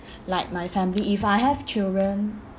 like my family if I have children